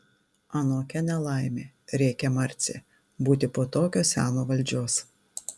anokia ne laimė rėkė marcė būti po tokio seno valdžios